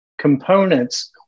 components